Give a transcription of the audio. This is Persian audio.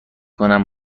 کنم